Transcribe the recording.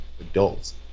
adults